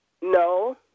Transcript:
No